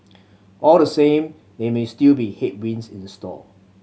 all the same name may still be headwinds in the store